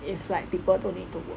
if like people don't need to work